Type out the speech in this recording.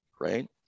Right